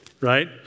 right